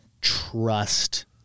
trust